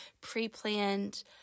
pre-planned